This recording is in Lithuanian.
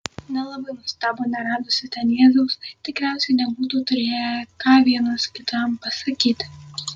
nelabai nustebo neradusi ten jėzaus tikriausiai nebūtų turėję ką vienas kitam pasakyti